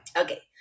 Okay